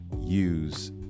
use